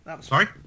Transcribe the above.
Sorry